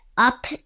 up